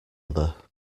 other